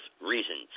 reasons